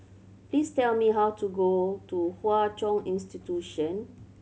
please tell me how to go to Hwa Chong Institution